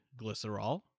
Glycerol